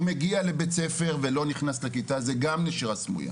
הוא מגיע לבית-ספר ולא נכנס לכיתה זה גם נשירה סמויה,